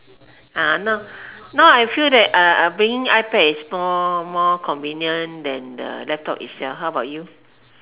now now I feel that bringing ipad is more more convenient than the laptop itself how about you